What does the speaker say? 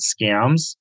scams